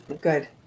Good